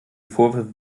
vorwürfe